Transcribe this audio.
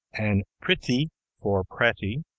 and pritty for pretty,